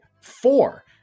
Four